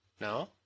No